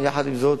יחד עם זאת,